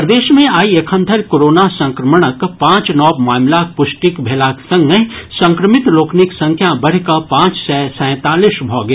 प्रदेश मे आइ एखन धरि कोरोना संक्रमणक पांच नव मामिलाक पुष्टि भेलाक संगहि संक्रमित लोकनिक संख्या बढ़ि कऽ पांच सय सैंतालीस भऽ गेल